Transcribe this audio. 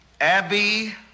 Abby